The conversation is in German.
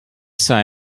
sei